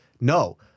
No